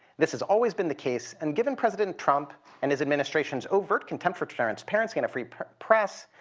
this has always been the case, and given president trump and his administration's overt contempt for transparency in a free press,